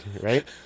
right